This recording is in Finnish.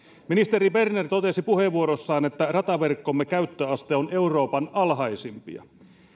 ministeri berner totesi puheenvuorossaan että rataverkkomme käyttöaste on euroopan alhaisimpia